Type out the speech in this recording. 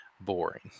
boring